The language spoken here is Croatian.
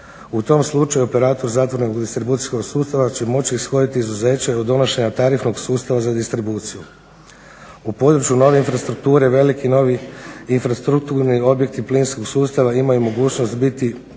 U tom slučaju operator zatvorenog distribucijskog sustava će moći ishoditi izuzeće od donošenja tarifnog sustava za distribuciju. U području nove infrastrukture veliki novi infrastrukturni objekti plinskog sustava imaju mogućnost biti